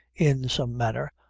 in some manner,